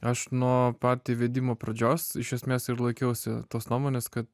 aš nuo pat įvedimo pradžios iš esmės ir laikiausi tos nuomonės kad